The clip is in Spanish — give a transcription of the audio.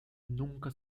nunca